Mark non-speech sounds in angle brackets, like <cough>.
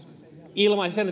ilmaisi sen <unintelligible>